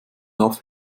darf